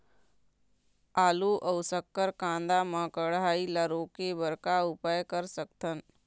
आलू अऊ शक्कर कांदा मा कढ़ाई ला रोके बर का उपाय कर सकथन?